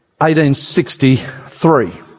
1863